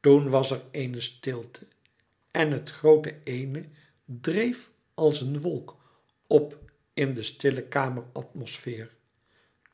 toen was er eene stilte en het groote eene dreef als een wolk op in de stille kameratmosfeer